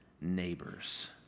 neighbors